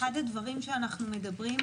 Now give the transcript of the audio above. אחד הדברים שאנחנו מדברים עליו,